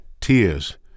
tears